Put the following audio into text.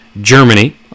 Germany